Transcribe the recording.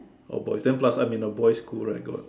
got boys then plus I am in a boys' school right got